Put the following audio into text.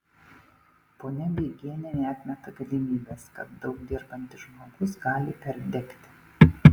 ponia beigienė neatmeta galimybės kad daug dirbantis žmogus gali perdegti